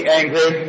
angry